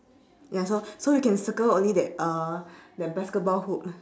ya so so you can circle only that uh that basketball hoop lah